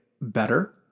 better